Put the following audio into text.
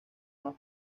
más